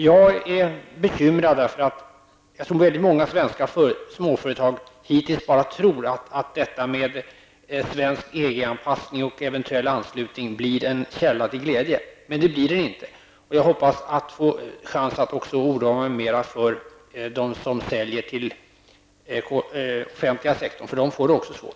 Jag är bekymrad, eftersom jag tror att många svenska småföretag hittills bara trott att detta med en svensk EG-anpassning och eventuell anslutning blir en källa till glädje. Men det blir den inte. Jag hoppas att få en chans att tala mer om dem som säljer till den offentliga sektorn. De kommer också att få det svårt.